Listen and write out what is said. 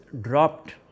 dropped